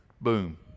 Boom